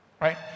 right